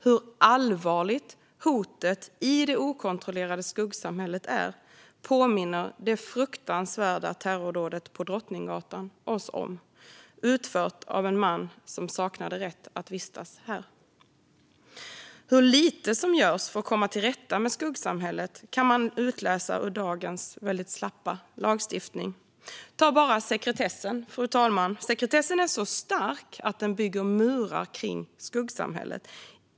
Hur allvarligt hotet i det okontrollerade skuggsamhället är påminner oss det fruktansvärda terrordådet på Drottninggatan om, utfört av en man som saknade rätt att vistas här. Hur lite som görs för att komma till rätta med skuggsamhället kan man utläsa av dagens väldigt slappa lagstiftning. Ta bara sekretessen, fru talman, som är så stark att den bygger murar kring skuggsamhället.